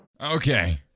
okay